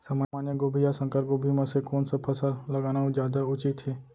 सामान्य गोभी या संकर गोभी म से कोन स फसल लगाना जादा उचित हे?